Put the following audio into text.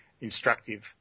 instructive